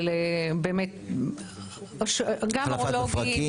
החלפת מפרקים.